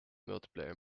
multiplayer